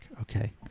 Okay